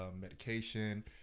medication